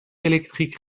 électriques